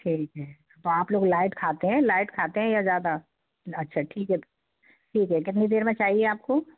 ठीक है तो आप लोग लाइट खाते हैं लाइट खाते हैं या ज़्यादा अच्छा ठीक है ठीक है कितनी देर में चाहिए आपको